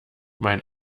mein